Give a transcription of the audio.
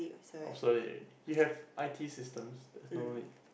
obsolete already you have i_t systems there's no need